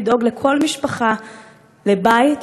לדאוג לכל משפחה לבית,